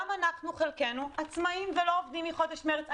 גם חלקנו עצמאים ולא עובדים מחודש מרץ.